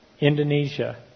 Indonesia